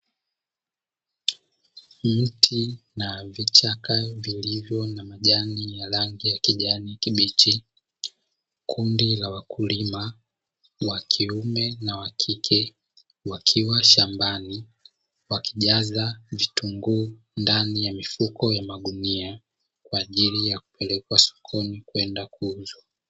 Mti na vichaka vilivyo na majani ya kijani kibichi, kundi la wakulima wakiume na wakike wakiwa shambani wakijaza vitunguu ndani ya mifuko ya magunia kwaajili ya kupelekwa sokoni kwenda kuuzwa.